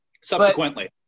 Subsequently